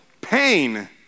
pain